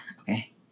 okay